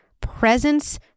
Presence